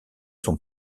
sont